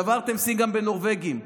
שברתם שיא גם בנורבגים.